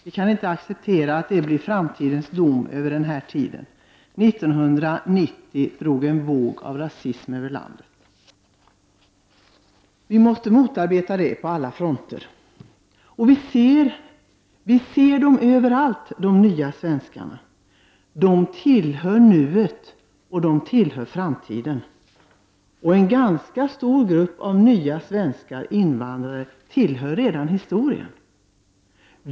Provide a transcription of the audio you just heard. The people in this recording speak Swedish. Vi kan inte acceptera att framtidens dom över den här tiden blir att det 1990 drog en våg av rasism genom landet. Vi måste på alla fronter motarbeta detta. Vi ser de nya svenskarna överallt. De tillhör nuet, och de tillhör framtiden. En ganska stor grupp av svenska invandrare tillhör redan historien.